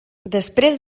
després